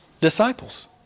Disciples